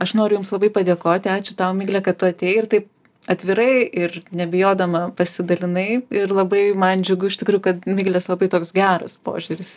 aš noriu jums labai padėkoti ačiū tau migle kad tu atėjai ir taip atvirai ir nebijodama pasidalinai ir labai man džiugu iš tikrųjų kad miglės labai toks geras požiūris